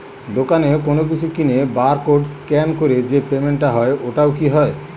দোকানে কোনো কিছু কিনে বার কোড স্ক্যান করে যে পেমেন্ট টা হয় ওইটাও কি হয়?